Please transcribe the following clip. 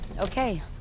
Okay